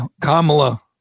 Kamala